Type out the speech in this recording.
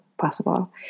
possible